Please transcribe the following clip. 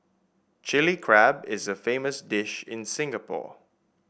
Chilli Crab is a famous dish in Singapore